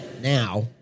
Now